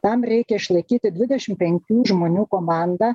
tam reikia išlaikyti dvidešim penkių žmonių komandą